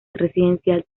residencial